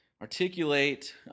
articulate